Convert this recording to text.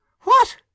What